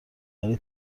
ولی